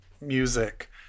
music